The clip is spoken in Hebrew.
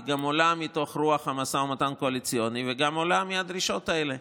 היא גם עולה מתוך רוח המשא ומתן הקואליציוני וגם עולה מהדרישות האלה: